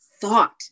thought